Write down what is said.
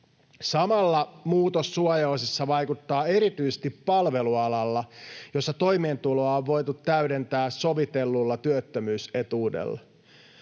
Samalla muutos suojaosissa vaikuttaa erityisesti palvelualalla, jossa toimeentuloa on voitu täydentää sovitellulla työttömyysetuudella.